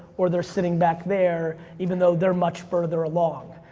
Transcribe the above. or they're sitting back there, even though they're much further along,